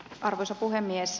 arvoisa puhemies